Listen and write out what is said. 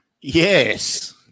Yes